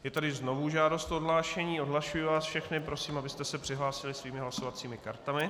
Je tady znovu žádost o odhlášení, odhlašuji vás všechny, prosím, abyste se přihlásili svými hlasovacími kartami.